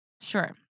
sure